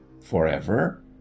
forever